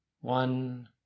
One